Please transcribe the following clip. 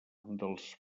dels